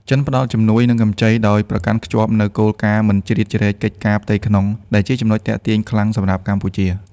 ចិនផ្ដល់ជំនួយ និងកម្ចីដោយប្រកាន់ខ្ជាប់នូវគោលការណ៍មិនជ្រៀតជ្រែកកិច្ចការផ្ទៃក្នុង ដែលជាចំណុចទាក់ទាញខ្លាំងសម្រាប់កម្ពុជា។